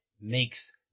makes